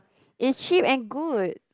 is cheap and good